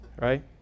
right